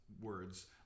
words